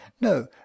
no